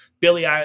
Billy